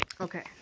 Okay